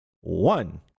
one